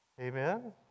Amen